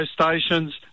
stations